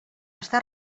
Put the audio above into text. està